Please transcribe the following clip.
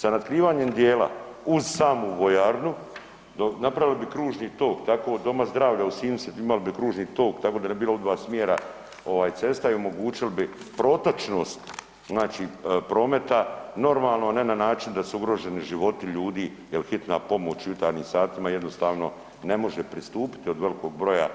Sa natkrivanjem dijela uz samu vojarnu, napravili bi kružni tok, tako od doma zdravlja ... imali bi kružni tok, tako da ne bi bila u dva smjera ovaj, cesta i omogućili bi protočnost znači prometa normalno, a ne na način da se ugroženi životi ljudi jer hitna pomoć u jutarnjim satima jednostavno ne može pristupiti od velikog broja